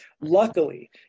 Luckily